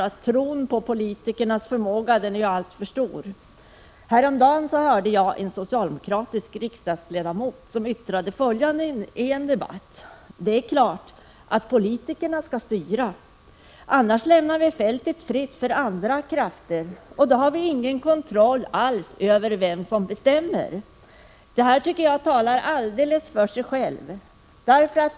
Tron på politikernas förmåga är alltför stark. Häromdagen hörde jag en socialdemokratisk riksdagsledamot yttra följande i en debatt: Det är klart att politikerna skall styra. Annars lämnar vi fältet fritt för andra krafter, och då har vi ingen kontroll alls över vilka som bestämmer. Det tycker jag talar för sig självt.